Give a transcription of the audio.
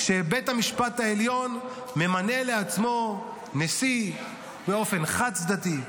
כשבית המשפט העליון ממנה לעצמו נשיא באופן חד-צדדי,